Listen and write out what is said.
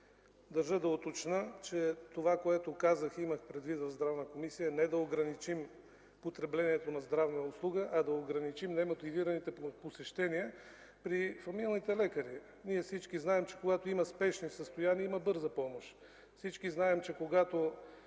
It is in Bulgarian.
Държа да уточня, че това, което казах и имах предвид в Здравната комисия, е не да ограничим потреблението на здравна услуга, а да ограничим немотивираните посещения при фамилните лекари. Всички знаем, че когато има спешни състояния, има Бърза помощ. Всички знаем, че когато